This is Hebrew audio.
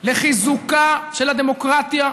לחיזוקה של הדמוקרטיה,